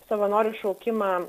savanorių šaukimą